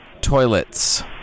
Toilets